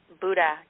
Buddha